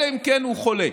אלא אם כן הוא חולה.